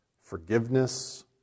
forgiveness